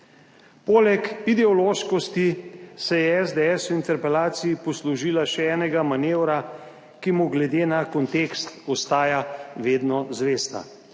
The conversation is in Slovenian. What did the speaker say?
Poleg ideološkosti se je SDS v interpelaciji poslužila še enega manevra, ki mu glede na kontekst ostaja vedno zvesta,